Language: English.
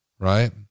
Right